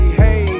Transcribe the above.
hey